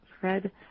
Fred